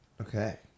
Okay